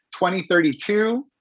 2032